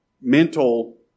mental